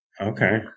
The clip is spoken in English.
Okay